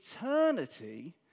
eternity